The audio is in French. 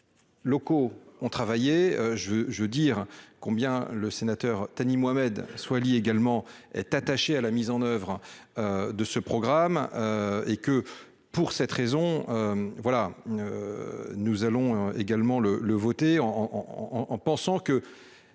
locaux ont travaillé, je veux, je veux dire combien le sénateur Thani Mohamed Soilihi également être attaché à la mise en oeuvre de ce programme et que pour cette raison, voilà, nous allons également le le voter en en pensant que,